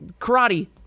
karate